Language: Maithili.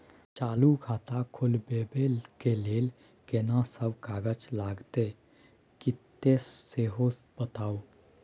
चालू खाता खोलवैबे के लेल केना सब कागज लगतै किन्ने सेहो बताऊ?